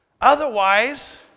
Otherwise